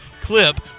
Clip